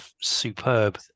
superb